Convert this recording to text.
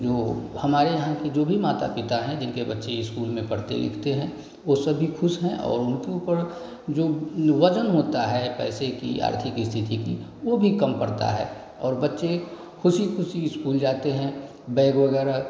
जो हमारे यहाँ के जो भी माता पिता हैं जिनके बच्चे इस्कूल में पढ़ते लिखते हैं वे सभी खुश हैं और उनके ऊपर जो वज़न होता है पैसे की आर्थिक स्थिति की वह भी कम पड़ता है और बच्चे खुशी खुशी इस्कूल जाते हैं बैग वगैरह